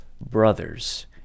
brothers